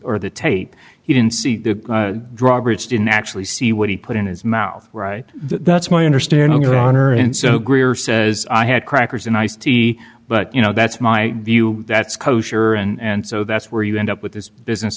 or the tape he didn't see the drawbridge didn't actually see what he put in his mouth right that's my understanding your honor and so greer says i had crackers and iced tea but you know that's my view that's kosher and so that's where you end up with this business